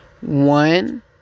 One